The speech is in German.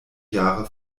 jahre